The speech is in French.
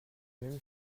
même